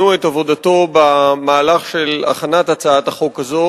את המהלך של הכנת הצעת החוק הזאת.